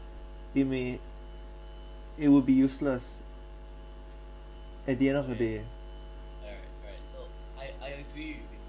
it may it would be useless at the end of the day